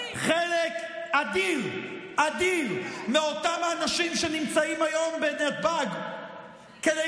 חלק אדיר מאותם אנשים שנמצאים היום בנתב"ג כדי